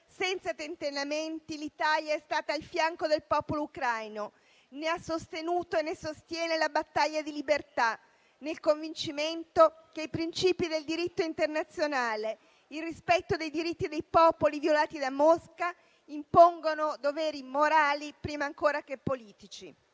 senza tentennamenti, l'Italia è stata al fianco del popolo ucraino, ne ha sostenuto e ne sostiene la battaglia di libertà, nel convincimento che i principi del diritto internazionale e il rispetto dei diritti dei popoli violati da Mosca impongano doveri morali prima ancora che politici.